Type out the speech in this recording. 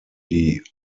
die